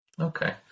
Okay